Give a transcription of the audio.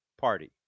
party